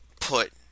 put